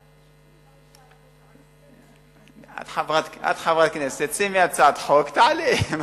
5%. את חברת כנסת, שימי הצעת חוק ותעלי אותה.